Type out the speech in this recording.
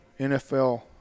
NFL